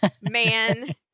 man